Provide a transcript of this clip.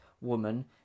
woman